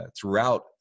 throughout